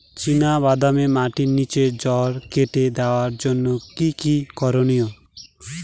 চিনা বাদামে মাটির নিচে জড় কেটে দেওয়ার জন্য কি কী করনীয়?